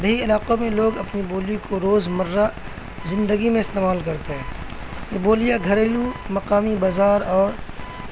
دیہی علاقوں میں لوگ اپنی بولی کو روز مرہ زندگی میں استعمال کرتے ہیں یہ بولیاں گھریلو مقامی بازار اور